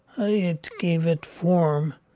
i had gave it form.